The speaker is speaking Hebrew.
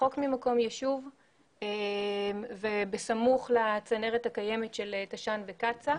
רחוק ממקום ישוב ובסמוך לצנרת הקיימת של תש"ן וקצא"א